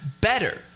better